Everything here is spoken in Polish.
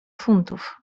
funtów